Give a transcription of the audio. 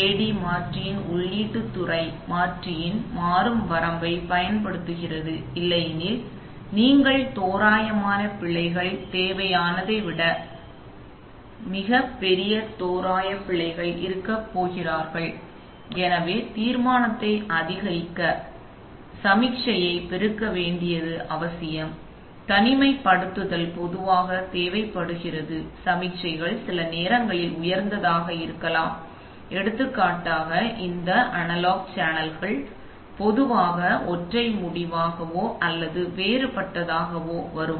AD மாற்றியின் உள்ளீட்டு துறை மாற்றியின் மாறும் வரம்பைப் பயன்படுத்துகிறது இல்லையெனில் நீங்கள் தோராயமான பிழைகள் தேவையானதை விட பெரிய தோராய பிழைகள் இருக்கப் போகிறீர்கள் எனவே தீர்மானத்தை அதிகரிக்க சமிக்ஞையை பெருக்க வேண்டியது அவசியம் தனிமைப்படுத்தல் பொதுவாக தேவைப்படுகிறது சமிக்ஞைகள் சில நேரங்களில் உயர்ந்ததாக இருக்கலாம் எடுத்துக்காட்டாக இந்த அனலாக் சேனல்கள் பொதுவாக ஒற்றை முடிவாகவோ அல்லது வேறுபட்டதாகவோ வரும்